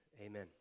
Amen